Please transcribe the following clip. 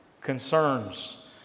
concerns